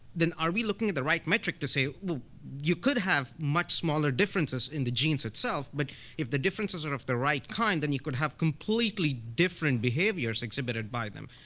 then are we looking at the right metric to say, you could have much smaller differences in the genes itself, but if the differences are of the right kind, then you could have completely different behaviors exhibited by them.